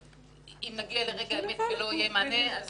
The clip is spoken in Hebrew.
אם נגיע לרגע האמת ולא יהיה מענה אז